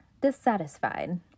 dissatisfied